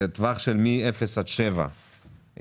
בטווח של מ-0 עד 7 קילומטרים,